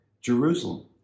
Jerusalem